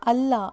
ಅಲ್ಲ